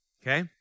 Okay